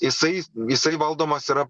jisai jisai valdomas yra